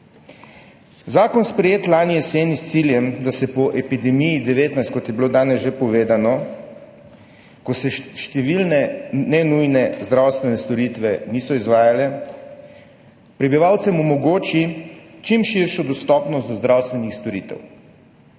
bil sprejet lani jeseni s ciljem, da se po epidemiji covida-19, kot je bilo danes že povedano, ko se številne nenujne zdravstvene storitve niso izvajale, prebivalcem omogoči čim širšo dostopnost do zdravstvenih storitev.